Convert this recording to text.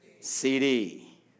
CD